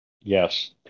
Yes